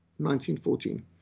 1914